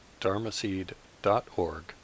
dharmaseed.org